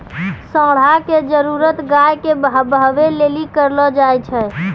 साँड़ा के जरुरत गाय के बहबै लेली करलो जाय छै